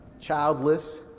childless